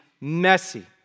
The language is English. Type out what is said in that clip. messy